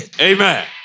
Amen